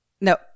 No